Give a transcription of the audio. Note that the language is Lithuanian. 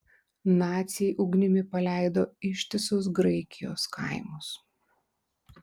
naciai ugnimi paleido ištisus graikijos kaimus